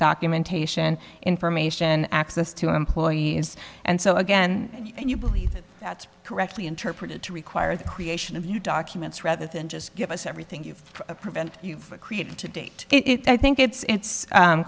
documentation information access to employees and so again you believe that's correctly interpreted to require the creation of new documents rather than just give us everything you prevent you've created to date it i think it's